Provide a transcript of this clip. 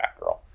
Batgirl